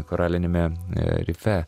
koraliniame a rife